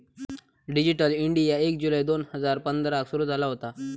digital India एक जुलै दोन हजार पंधराक सुरू झाला होता